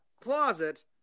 closet